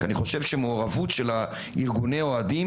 כי אני חושב שהמעורבות של ארגוני האוהדים